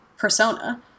Persona